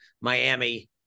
Miami